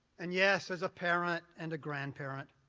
and, yes, as a parent and a grandparent,